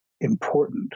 important